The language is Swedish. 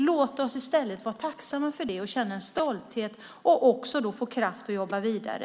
Låt oss i stället vara tacksamma för det, känna en stolthet och få kraft att jobba vidare.